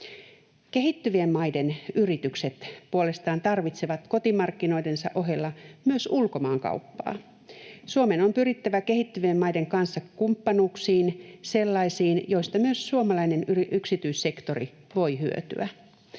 Kehittyvien maiden yritykset puolestaan tarvitsevat kotimarkkinoidensa ohella myös ulkomaankauppaa. Suomen on pyrittävä kehittyvien maiden kanssa kumppanuuksiin, sellaisiin, joista myös suomalainen yksityissektori voi hyötyä.